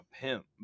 pimp